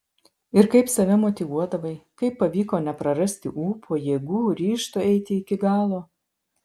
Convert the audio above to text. ir kaip save motyvuodavai kaip pavyko neprarasti ūpo jėgų ryžto eiti iki galo